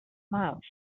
miles